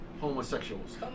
homosexuals